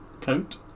coat